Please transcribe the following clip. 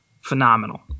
Phenomenal